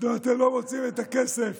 אתם לא מוצאים את הכסף